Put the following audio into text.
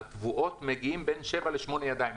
לתבואות מגיעים כל יום בין שבעה לשמונה זוגות ידיים,